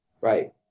Right